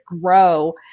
grow